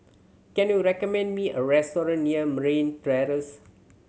can you recommend me a restaurant near Merryn